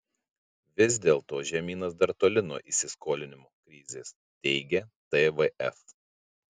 vis dėlto žemynas dar toli nuo įsiskolinimo krizės teigia tvf